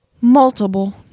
multiple